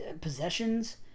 Possessions